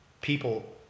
People